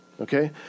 okay